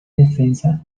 defensa